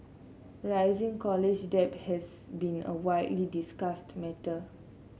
rising college debt has been a widely discussed matter